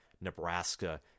Nebraska